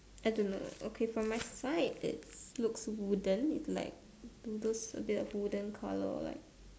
I don't know okay from my side it's looks wooden it's like you know those a bit of wooden colour like